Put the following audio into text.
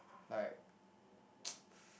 like